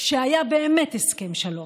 שהיה באמת הסכם שלום.